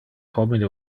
homine